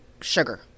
sugar